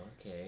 okay